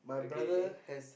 okay